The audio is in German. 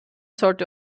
sollte